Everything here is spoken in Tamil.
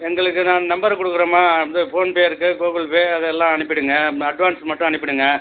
எங்களுக்கு நா நம்பர் கொடுக்குறேம்மா இது ஃபோன் பே இருக்குது கூகுள் பே அதில் எல்லாம் அனுப்பிடுங்க அட்வான்ஸ் மட்டும் அனுப்பிடுங்க